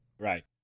Right